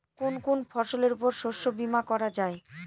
কোন কোন ফসলের উপর শস্য বীমা করা যায়?